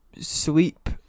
sleep